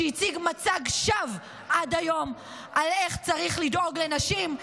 שהציג מצג שווא עד היום על איך צריך לדאוג לנשים,